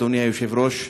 אדוני היושב-ראש,